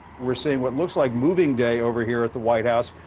we're seeing what looks like moving day over here at the white house.